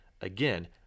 again